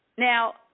Now